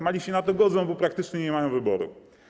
Mali się na to godzą, bo praktycznie nie mają wyboru.